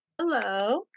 Hello